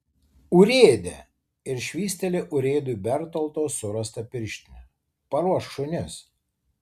urėde ir švystelėjo urėdui bertoldo surastą pirštinę paruošk šunis